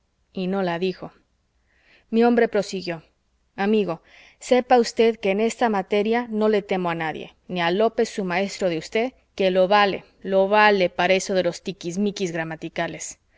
y no la dijo mi hombre prosiguió amigo sepa usted que en esa materia no le temo a nadie ni a lópez su maestro de usted que lo vale lo vale para eso de los tiquismiquis gramaticales